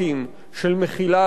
של מחילה על חובות,